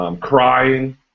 crying